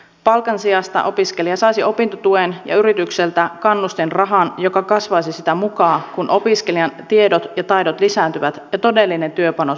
palkan sijasta opiskelija saisi opintotuen ja yritykseltä kannustinrahan joka kasvaisi sitä mukaa kuin opiskelijan tiedot ja taidot lisääntyvät ja todellinen työpanos yrityksessä kasvaa